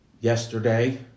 Yesterday